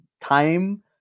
time